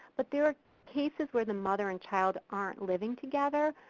but there are cases where the mother and child arent living together,